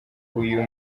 uyu